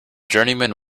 journeyman